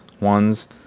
ones